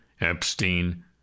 Epstein